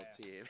team